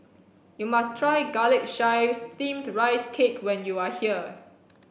you must try garlic chives steamed rice cake when you are here